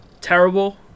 terrible